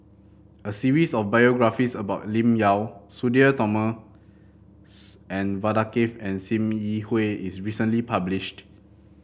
a series of biographies about Lim Yau Sudhir Thomas and Vadaketh and Sim Yi Hui was recently published